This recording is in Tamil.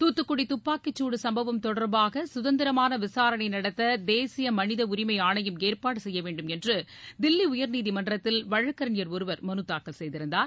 தூத்துக்குடி துப்பாக்கிச்சூடு சம்பவம் தொடர்பாக சுதந்திரமான விசாரணை நடத்த தேசிய மனித உரிமை ஆணையம் ஏற்பாடு செய்ய வேண்டுமென்று தில்லி உயர்நீதிமன்றத்தில் வழக்கறிஞர் ஒருவர் மனுதாக்கல் செய்திருந்தார்